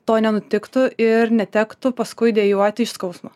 to nenutiktų ir netektų paskui dejuoti iš skausmo